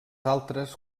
altres